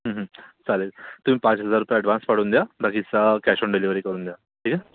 हं हं चालेल तुम्ही पाच हजार रुपये ॲडव्हान्स करून द्या बाकीचा कॅश ऑन डिलिव्हरी करून द्या ठीक आहे